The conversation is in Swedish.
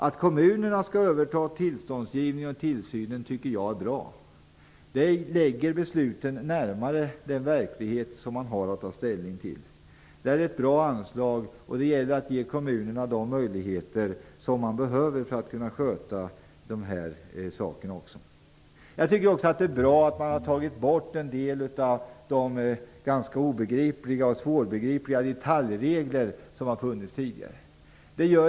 Att kommunerna skall överta tillståndsgivningen och tillsynen tycker jag är bra. Besluten flyttas närmare den verklighet som man har att ta ställning till. Det är ett bra anslag. Det gäller att ge kommunerna de möjligheter som de behöver för att kunna sköta dessa frågor. Det är också bra att man har tagit bort en del av de ganska obegripliga eller åtminstone svårbegripliga detaljregler som har funnits tidigare.